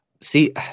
See